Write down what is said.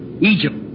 Egypt